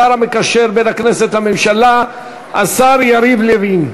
חבר הכנסת יואב קיש.